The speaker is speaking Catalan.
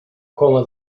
coma